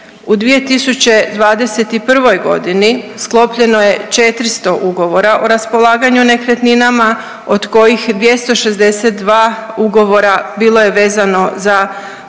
U 2021.g. sklopljeno je 400 ugovora o raspolaganju nekretninama, od kojih 262 ugovora bilo je vezano za portfelj